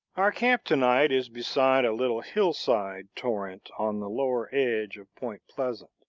our camp to-night is beside a little hillside torrent on the lower edge of point pleasant.